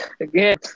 Again